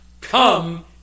Come